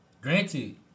Granted